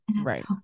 Right